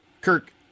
Kirk